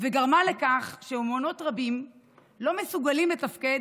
וגרמה לכך שמעונות רבים לא מסוגלים לתפקד